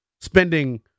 spending